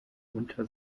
unter